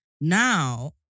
Now